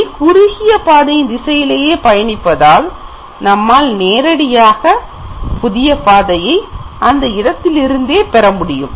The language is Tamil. ஒளி குறுகிய பாதையின் திசையிலேயே பயணிப்பதால் நம்மால் நேரடியாக புதிய பாதையை அந்த இடத்திலிருந்து பெற முடியும்